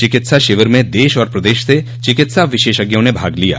चिकित्सा शिविर में देश और प्रदेश से चिकित्सा विशेषज्ञों ने भाग लिया